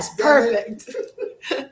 Perfect